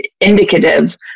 indicative